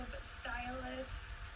stylist